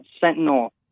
Sentinel